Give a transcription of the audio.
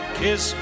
kiss